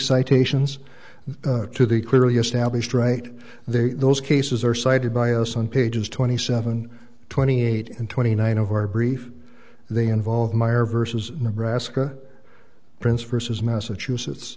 citations to the clearly established right there those cases are cited by us on pages twenty seven twenty eight and twenty nine of our brief they involve meyer vs nebraska prince versus massachusetts